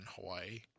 Hawaii